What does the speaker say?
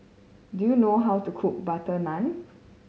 do you know how to cook butter naan